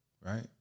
right